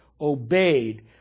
Obeyed